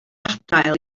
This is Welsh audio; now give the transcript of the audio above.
adael